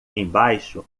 embaixo